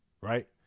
right